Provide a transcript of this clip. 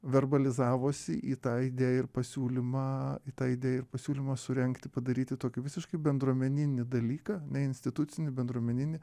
verbalizavosi į tą idėją ir pasiūlymą į tą įdėją ir pasiūlymą surengti padaryti tokį visiškai bendruomeninį dalyką neinstitucinį bendruomeninį